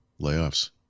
Layoffs